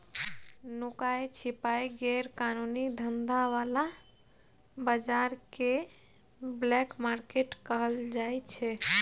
नुकाए छिपाए गैर कानूनी धंधा बला बजार केँ ब्लैक मार्केट कहल जाइ छै